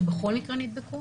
שבכל מקרה נדבקו